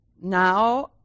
Now